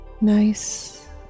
Nice